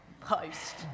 Post